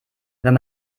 wenn